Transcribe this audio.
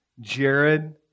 Jared